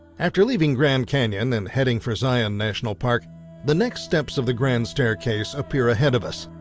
after leaving grand canyon then heading for zion national park the next steps of the grand staircase appear ahead of us.